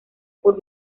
por